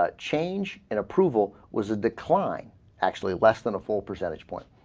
ah change an approval was a decline actually less than a full percentage point